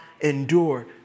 endure